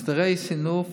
הסדרי סינוף